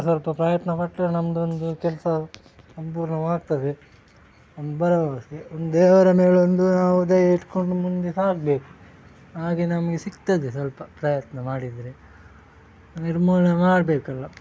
ಸ್ವಲ್ಪ ಪ್ರಯತ್ನ ಪಟ್ಟರೆ ನಮ್ಮದೊಂದು ಕೆಲಸ ಸಂಪೂರ್ಣವಾಗ್ತದೆ ಒಂದು ಭರವಸೆ ಒಂದು ದೇವರ ಮೇಲೊಂದು ನಾವು ದಯೆ ಇಟ್ಟುಕೊಂಡು ಮುಂದೆ ಸಾಗಬೇಕು ಹಾಗೆ ನಮಗೆ ಸಿಗ್ತದೆ ಸ್ವಲ್ಪ ಪ್ರಯತ್ನ ಮಾಡಿದರೆ ನಿರ್ಮೂಲನೆ ಮಾಡಬೇಕಲ್ಲ